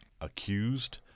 Accused